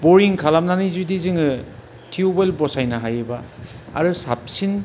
बयरिं खालामनानै जुदि जोङो टिउबवेल बसायनो हायोबा आरो साबसिन